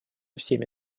всеми